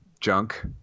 junk